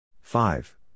five